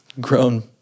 grown